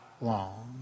long